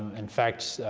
in fact,